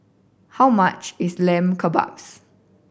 how much is Lamb Kebabs